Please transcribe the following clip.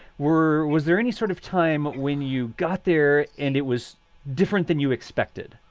were was there any sort of time when you got there and it was different than you expected?